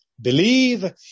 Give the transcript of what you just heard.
believe